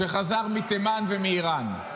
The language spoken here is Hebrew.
שחזר מתימן ומאיראן.